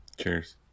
Cheers